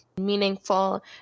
meaningful